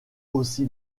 aussi